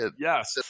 Yes